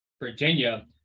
Virginia